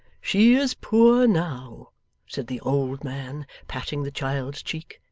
she is poor now' said the old man, patting the child's cheek,